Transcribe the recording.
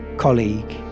colleague